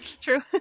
true